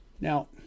Now